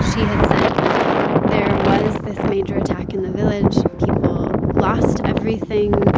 she had said there was this major attack in the village. people lost everything.